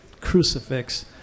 crucifix